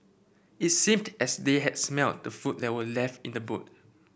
it seemed as they had smelt the food that were left in the boot